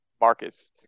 markets